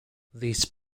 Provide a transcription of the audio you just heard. these